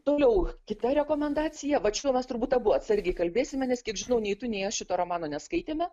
toliau kita rekomendacija vat čia mes turbūt abu atsargiai kalbėsime nes kiek žinau nei tu nei aš šito romano neskaitėme